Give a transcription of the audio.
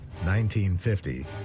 1950